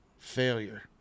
failure